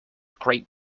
great